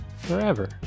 forever